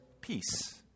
peace